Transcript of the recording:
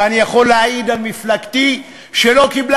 ואני יכול להעיד על מפלגתי שלא קיבלה